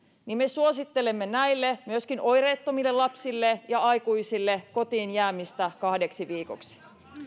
niin me suosittelemme näille myöskin oireettomille lapsille ja aikuisille kotiin jäämistä kahdeksi viikoksi